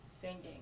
singing